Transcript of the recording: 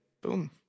boom